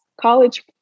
college